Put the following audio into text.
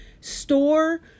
store